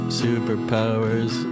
superpowers